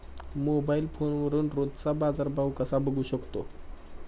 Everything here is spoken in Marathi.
मोबाइल फोनवरून रोजचा बाजारभाव कसा बघू शकतो?